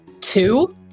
Two